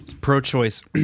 Pro-choice